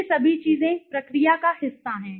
ये सभी चीजें प्रक्रिया का हिस्सा हैं